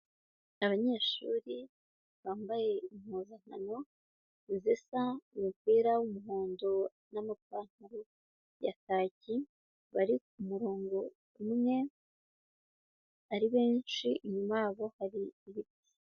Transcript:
Abanyeshuri bambaye impuzankano zisa, umupira w'umuhondo n'amapantaro ya kaki, bari ku murongo umwe ari benshi, inyuma yabo hari ibiti.